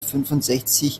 fünfundsechzig